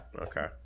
Okay